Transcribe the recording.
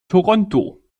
toronto